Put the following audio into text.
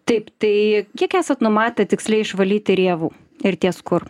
taip tai kiek esat numatę tiksliai išvalyti rėvų ir ties kur